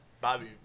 Bobby